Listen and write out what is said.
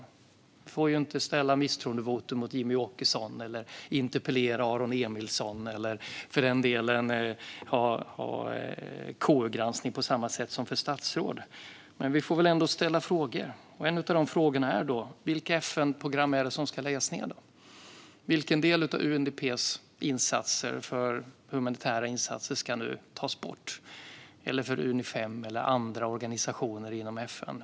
Vi får ju inte ställa misstroendevotum mot Jimmie Åkesson, interpellera Aron Emilsson eller ha KU-granskning på samma sätt som för statsråden. Men vi får ändå ställa frågor, och en av de frågorna är: Vilka FN-program är det som ska läggas ned? Vilken del av UNDP:s humanitära insatser ska nu tas bort, eller av de insatser som görs av Unifem eller andra organisationer inom FN?